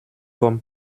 comme